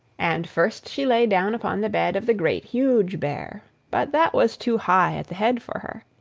and first she lay down upon the bed of the great, huge bear, but that was too high at the head for her.